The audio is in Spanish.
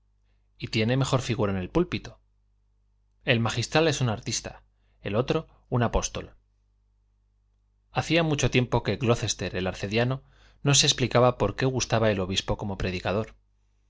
y tiene mejor figura en el púlpito el magistral es un artista el otro un apóstol hacía mucho tiempo que glocester el arcediano no se explicaba por qué gustaba el obispo como predicador